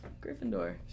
Gryffindor